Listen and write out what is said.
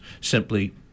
simply